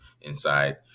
inside